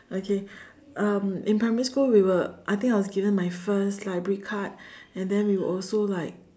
okay um in primary school we were I think I was given my first library card and then we will also like